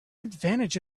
advantage